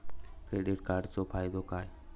Credit कार्डाचो फायदो काय?